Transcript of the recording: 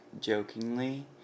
jokingly